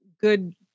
good